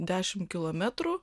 dešimt kilometrų